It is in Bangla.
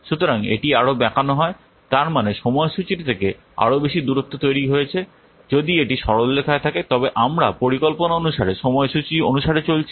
সুতরাং এটি আরও বাঁকানো হয় তার মানে সময়সূচি থেকে আরও বেশি দূরত্ব তৈরি হয়েছে যদি এটি সরলরেখায় থাকে তবে আমরা পরিকল্পনা অনুসারে সময়সূচি অনুসারে চলছি